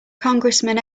congressman